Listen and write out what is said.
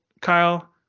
Kyle